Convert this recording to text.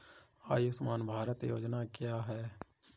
आयुष्मान भारत योजना क्या है?